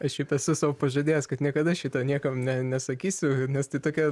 aš šiaip esu sau pažadėjęs kad niekada šito niekam ne nesakysiu nes tai tokia